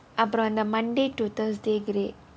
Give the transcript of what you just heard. அப்புறம் அந்த:appuram antha monday to thursday grey